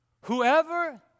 Whoever